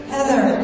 Heather